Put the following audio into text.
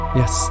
yes